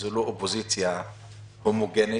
וזו לא אופוזיציה הומוגנית,